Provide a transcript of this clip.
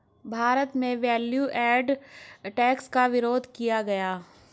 भारत में value added tax का विरोध किया गया